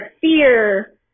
fear